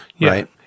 Right